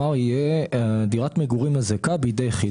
אם כן, זה יהיה "דירת מגורים מזכה בידי יחיד